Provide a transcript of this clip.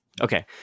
Okay